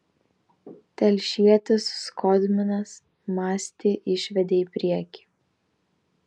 telšietis skodminas mastį išvedė į priekį